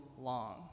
long